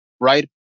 right